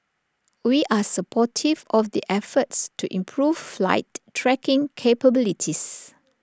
we are supportive of the efforts to improve flight tracking capabilities